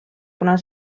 kuna